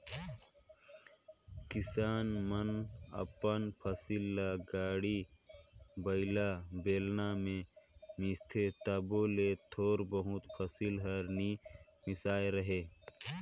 किसान मन अपन फसिल ल गाड़ी बइला, बेलना मे मिसथे तबो ले थोर बहुत फसिल हर नी मिसाए रहें